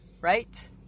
right